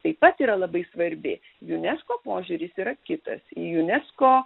taip pat yra labai svarbi unesco požiūris yra kitas į unesco